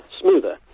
smoother